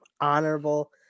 honorable